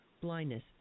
blindness